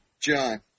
John